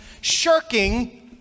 shirking